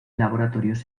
laboratorios